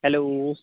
hello